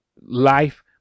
life